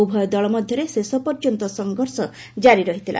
ଉଭୟ ଦଳ ମଧ୍ୟରେ ଶେଷ ପର୍ଯ୍ୟନ୍ତ ସଂଘର୍ଷ ଜାରି ରହିଥିଲା